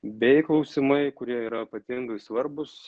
bei klausimai kurie yra ypatingai svarbūs